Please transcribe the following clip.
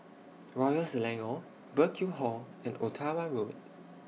Royal Selangor Burkill Hall and Ottawa Road